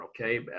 Okay